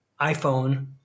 iPhone